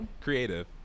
Creative